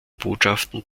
botschaften